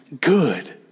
good